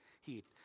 heat